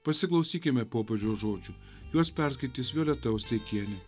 pasiklausykime popiežiaus žodžių juos perskaitys violeta osteikienė